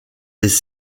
les